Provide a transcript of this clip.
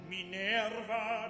Minerva